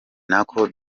nako